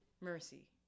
Mercy